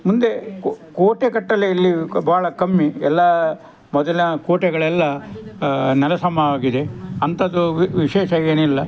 ಮುಂದೆ ಕೋಟೆ ಕಟ್ಟಲೆ ಇಲ್ಲಿ ಭಾಳ ಕಮ್ಮಿ ಎಲ್ಲ ಮೊದಲಿನ ಕೋಟೆಗಳೆಲ್ಲ ನೆಲಸಮವಾಗಿದೆ ಅಂಥದ್ದು ವ್ ವಿಶೇಷ ಏನಿಲ್ಲ